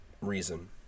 reason